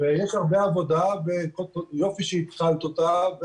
הרבה עבודה ויופי שהתחלת אותה.